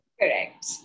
Correct